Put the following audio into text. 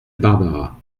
barbara